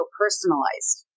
personalized